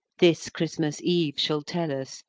this christmas eve shall tell us,